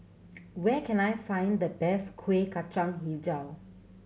where can I find the best Kuih Kacang Hijau